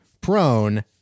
prone